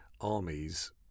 armies